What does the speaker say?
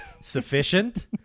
Sufficient